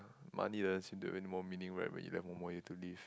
money doesn't seem to have any more meaning right when you left one more year to live